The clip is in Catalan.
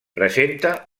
presenta